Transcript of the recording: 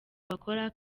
bakora